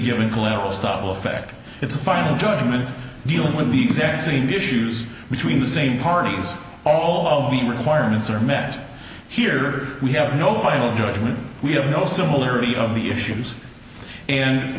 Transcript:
given collateral estoppel effect it's a final judgment dealing with these axing issues between the same parties all of the requirements are met here we have no final judgment we have no similarity of the issues and